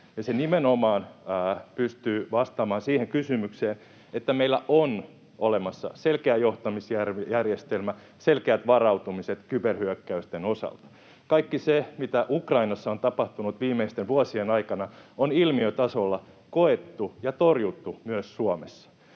Se nimenomaan pystyy vastaamaan siihen kysymykseen, että meillä on olemassa selkeä johtamisjärjestelmä ja selkeät varautumiset kyberhyökkäysten osalta. Kaikki se, mitä Ukrainassa on tapahtunut viimeisten vuosien aikana, on ilmiötasolla koettu ja torjuttu myös Suomessa.